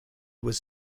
was